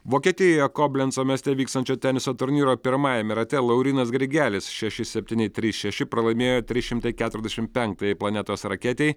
vokietijoje koblenco mieste vykstančio teniso turnyro pirmajame rate laurynas grigelis šeši septyni trys šeši pralaimėjo trys šimtai keturiasdešim penktajai planetos raketei